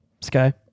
sky